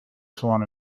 salon